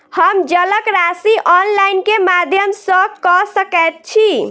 हम जलक राशि ऑनलाइन केँ माध्यम सँ कऽ सकैत छी?